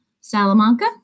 Salamanca